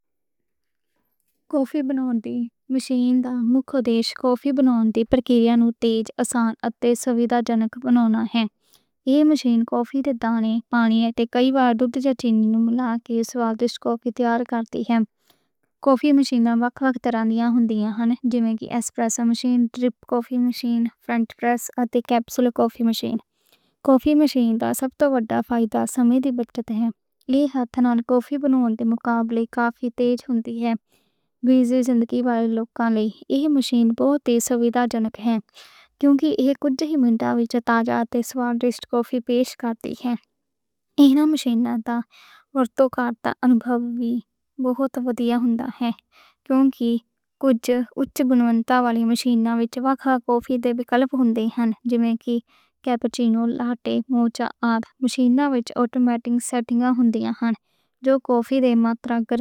کوفی بناون دی مشین دا مکھ اودیش کوفی بناون دی پرکریا نوں تیز آسان اتے سوِدھا جنک بناوندا ہے۔ ایہ مشین کوفی دے پانی اتے کئی وار دودھ جا چینی ملا کے سوادشت کوفی تیار کردی ہے۔ کوفی مشین وکھ وکھ طرحاں دیاں ہوندیاں ہن۔ جیویں کہ ایسپریسو مشین، ڈرِپ کوفی مشین، فرنچ پریس اتے کیپسول کوفی مشین۔ کوفی مشین دا سب توں وڈا فائدہ سمیں دی بچت ہے۔ ایہ ہتھاں نال کوفی بناون دے مقابلے کوفی تیز ہوندی ہے۔ ایہ مشین بہت ہی سوِدھا جنک ہے۔ کیوں کہ کجھ اچھی گنوتا والی مشیناں وچ وکھ وکھ کوفی دے وِکلپ ہوندے ہن۔ جیویں کہ کیپچینو، لاتے، موکا اتے مشیناں وچ آٹومیٹک سیٹنگز ہوندیاں ہن جو کوفی دی ماترا کر کے۔